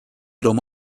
roma